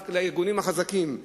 לארגונים החזקים.